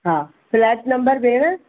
हा flat number भेण